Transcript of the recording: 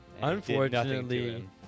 Unfortunately